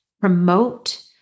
promote